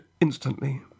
instantly